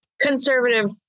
conservative